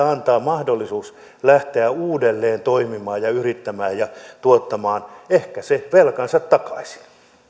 antaa mahdollisuus lähteä uudelleen toimimaan ja yrittämään ja tuottamaan ehkä se velkansa takaisin